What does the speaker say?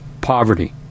Poverty